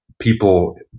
people